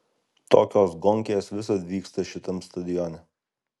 tokios gonkės visad vyksta šitam stadione